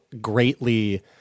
greatly